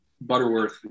Butterworth